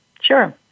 Sure